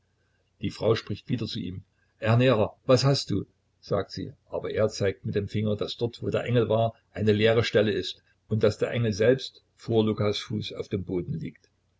die frau spricht wieder zu ihm ernährer was hast du sagt sie er aber zeigt mit dem finger daß dort wo der engel war eine leere stelle ist und daß der engel selbst vor lukas fuße auf dem boden liegt